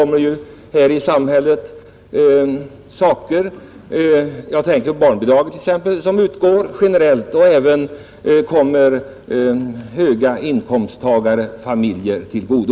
Vi har förmåner i samhället som utgår generellt. Jag tänker exempelvis på barnbidraget. Det kommer också familjer med höga inkomster till godo.